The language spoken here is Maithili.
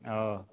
ओ